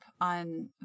on